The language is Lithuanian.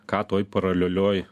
ką toj paralelioj